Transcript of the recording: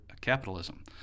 capitalism